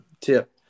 tip